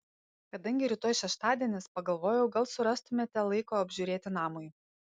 kadangi rytoj šeštadienis pagalvojau gal surastumėte laiko apžiūrėti namui